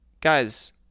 guys